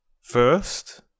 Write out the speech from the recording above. First